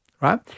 right